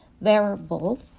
variable